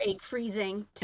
freezing